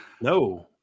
no